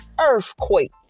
earthquake